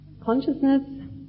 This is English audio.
Consciousness